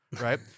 right